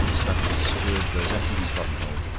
stuck his steward's rosette in his buttonhole,